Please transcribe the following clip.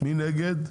מי נגד?